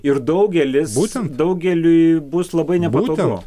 ir daugelis daugeliui bus labai nepatogu